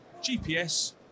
GPS